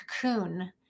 cocoon